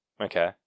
Okay